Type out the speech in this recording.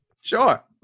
sure